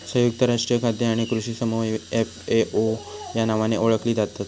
संयुक्त राष्ट्रीय खाद्य आणि कृषी समूह ही एफ.ए.ओ या नावाने ओळखली जातत